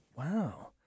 wow